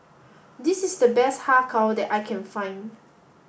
this is the best Har Kow that I can find